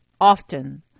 often